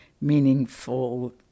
meaningful